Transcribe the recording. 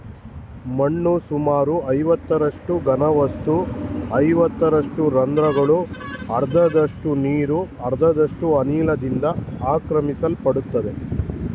ಮಣ್ಣು ಸುಮಾರು ಐವತ್ತರಷ್ಟು ಘನವಸ್ತು ಐವತ್ತರಷ್ಟು ರಂದ್ರಗಳು ಅರ್ಧದಷ್ಟು ನೀರು ಅರ್ಧದಷ್ಟು ಅನಿಲದಿಂದ ಆಕ್ರಮಿಸಲ್ಪಡ್ತದೆ